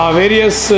various